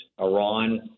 Iran